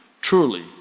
Truly